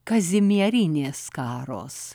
kazimierinės skaros